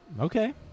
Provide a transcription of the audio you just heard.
okay